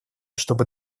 чтобы